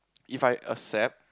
If I accept